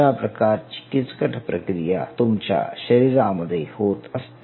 अशा प्रकारची किचकट प्रक्रिया तुमच्या शरीरामध्ये होत असते